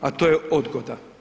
a to je odgoda.